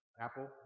Apple